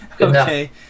Okay